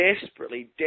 desperately